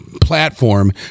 platform